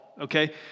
Okay